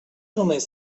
només